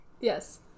Yes